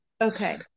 Okay